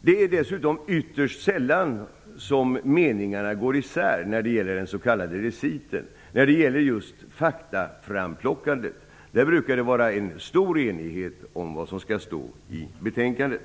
Det är dessutom ytterst sällan som meningarna går isär när det gäller den s.k. reciten, dvs. just faktaframplockandet. Där brukar det råda stor enighet om vad som skall stå i betänkandet.